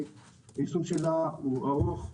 היישום שלה הוא ארוך,